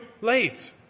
late